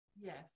Yes